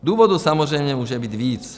Důvodů samozřejmě může být víc.